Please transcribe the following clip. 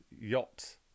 yacht